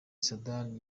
saddam